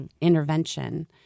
intervention